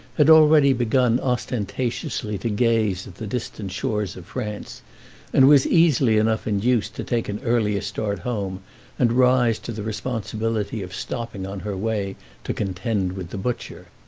had already begun ostentatiously to gaze at the distant shores of france and was easily enough induced to take an earlier start home and rise to the responsibility of stopping on her way to contend with the butcher.